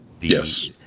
Yes